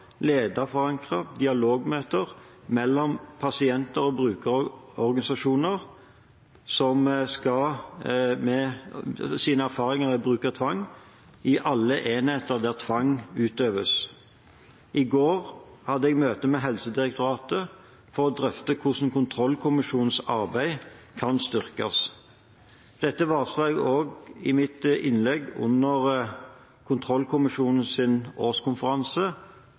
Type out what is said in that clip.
dialogmøter med pasienter og brukerorganisasjoner om deres erfaringer med tvang i alle enheter hvor tvang utøves. I går hadde jeg møte med Helsedirektoratet for å drøfte hvordan kontrollkommisjonenes arbeid kan styrkes. Dette varslet jeg også i mitt innlegg under kontrollkommisjonenes årskonferanse